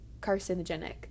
carcinogenic